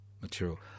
material